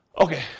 Okay